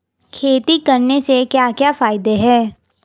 खेती करने से क्या क्या फायदे हैं?